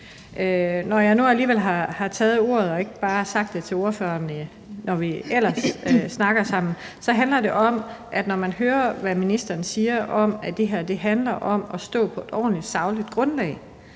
Når jeg nu alligevel har taget ordet og ikke bare sagt det til ordføreren, når vi ellers snakker sammen, handler det om, at når man hører, hvad ministeren siger om, at det her handler om at stå på et ordentligt, sagligt grundlag